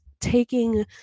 taking